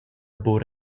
buca